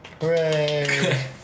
Hooray